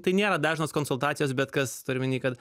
tai nėra dažnos konsultacijos bet kas turiu omeny kad